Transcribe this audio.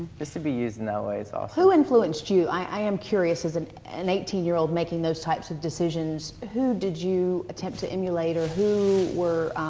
just to be used in that way is awesome. ah who influenced you? i am curious, as an an eighteen year old making those types of decisions, who did you attempt to emulate, or who were,